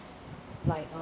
like uh